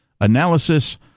Analysis